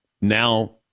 Now